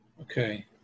Okay